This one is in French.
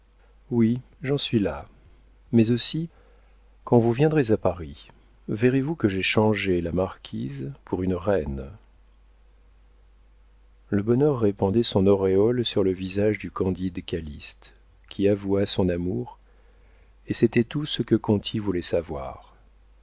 oui j'en suis là mais aussi quand vous viendrez à paris verrez-vous que j'ai changé la marquise pour une reine le bonheur répandait son auréole sur le visage du candide calyste qui avoua son amour et c'était tout ce que conti voulait savoir